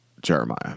Jeremiah